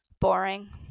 boring